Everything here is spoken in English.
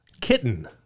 Kitten